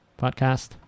podcast